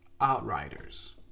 outriders